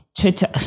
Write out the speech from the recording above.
Twitter